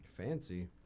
Fancy